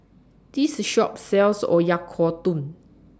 This Shop sells Oyakodon